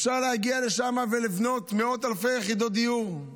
אפשר להגיע לשם ולבנות מאות אלפי יחידות דיור.